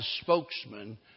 spokesman